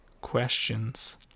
questions